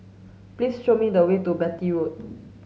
please show me the way to Beatty Road